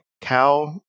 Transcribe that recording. cow